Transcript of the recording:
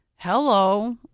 Hello